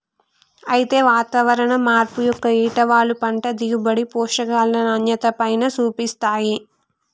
అయితే వాతావరణం మార్పు యొక్క ఏటవాలు పంట దిగుబడి, పోషకాల నాణ్యతపైన సూపిస్తాయి